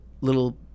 little